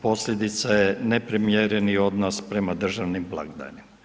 Posljedica je neprimjereni odnos prema državnim blagdanima.